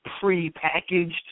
prepackaged